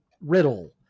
riddle